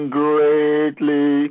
greatly